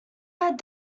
had